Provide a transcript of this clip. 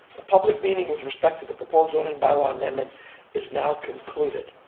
the public meeting, with respect to the proposed zoning bylaw amendment is now concluded.